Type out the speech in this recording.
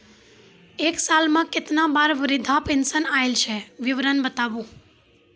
एक साल मे केतना बार वृद्धा पेंशन आयल छै विवरन बताबू?